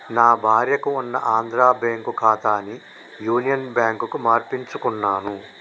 నా భార్యకి ఉన్న ఆంధ్రా బ్యేంకు ఖాతాని యునియన్ బ్యాంకుకు మార్పించుకున్నాను